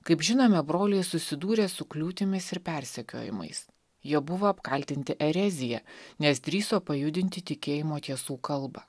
kaip žinome broliai susidūrė su kliūtimis ir persekiojimais jie buvo apkaltinti erezija nes drįso pajudinti tikėjimo tiesų kalbą